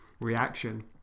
reaction